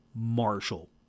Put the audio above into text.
Marshall